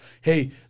hey